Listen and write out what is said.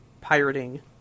pirating